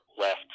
left